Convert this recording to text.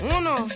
Uno